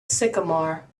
sycamore